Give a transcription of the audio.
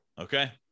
Okay